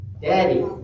Daddy